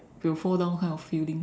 you fall down kind of feeling